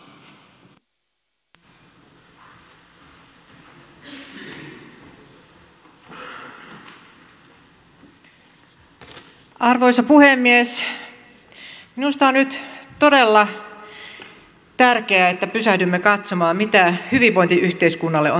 minusta on nyt todella tärkeää että pysähdymme katsomaan mitä hyvinvointiyhteiskunnalle on tapahtumassa